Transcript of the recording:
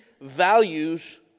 values